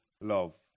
love